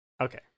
Okay